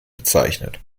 bezeichnet